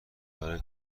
برای